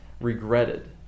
regretted